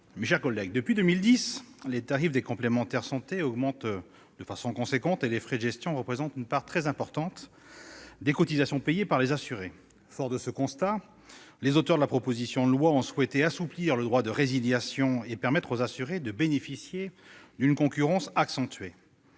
mes chers collègues, depuis 2010, les tarifs des complémentaires de santé augmentent de manière substantielle, et les frais de gestion représentent une part très importante des cotisations payées par les assurés. Forts de ce constat, les auteurs de cette proposition de loi ont souhaité assouplir le droit de résiliation et permettre aux assurés de bénéficier d'une concurrence accrue.